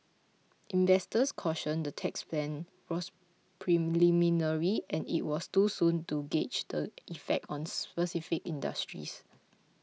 investors cautioned the tax plan was preliminary and it was too soon to gauge the effect on specific industries